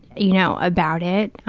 you know, about it,